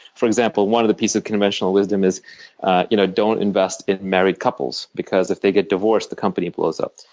for example, one of the pieces of conventional wisdom is you know don't invest in married couples because if they get divorced, the company blows up.